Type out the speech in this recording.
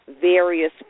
various